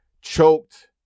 choked